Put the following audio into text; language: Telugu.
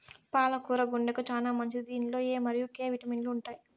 పాల కూర గుండెకు చానా మంచిది దీనిలో ఎ మరియు కే విటమిన్లు ఉంటాయి